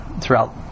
throughout